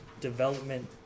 development